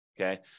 okay